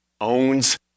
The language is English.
owns